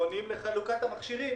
הקריטריונים לחלוקת המכשירים.